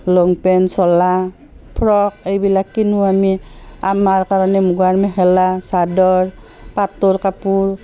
লং pant চোলা frock এইবিলাক কিনোঁ আমি আমাৰ কাৰণে মুগাৰ মেখেলা চাদৰ পাটৰ কাপোৰ